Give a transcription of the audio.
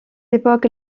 époque